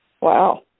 Wow